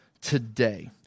today